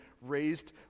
raised